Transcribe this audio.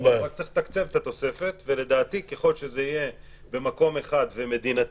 רק צריך לתקצב את התוספת ולדעתי ככל שזה יהיה במקום אחד ומדינתי